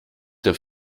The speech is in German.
der